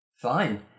Fine